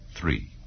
three